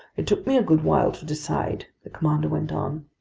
it took me a good while to decide, the commander went on.